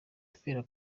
kubera